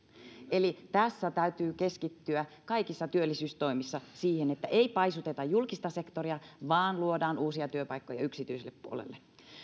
eli tässä täytyy keskittyä kaikissa työllisyystoimissa siihen että ei paisuteta julkista sektoria vaan luodaan uusia työpaikkoja yksityiselle puolelle